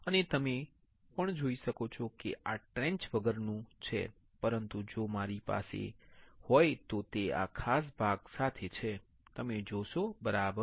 અને તમે પણ જોઈ શકો છો કે આ ટ્રેન્ચ વગરનું છે પરંતુ જો મારી પાસે હોય તો આ તે આ ખાસ ભાગ સાથે છે તમે જોશો બરાબર